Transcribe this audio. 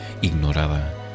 ignorada